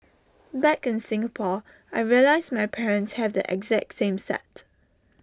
back in Singapore I realised my parents have the exact same set